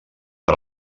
per